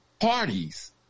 parties